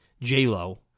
J-Lo